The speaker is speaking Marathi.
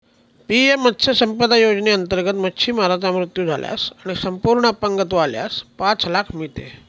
पी.एम मत्स्य संपदा योजनेअंतर्गत, मच्छीमाराचा मृत्यू झाल्यास आणि संपूर्ण अपंगत्व आल्यास पाच लाख मिळते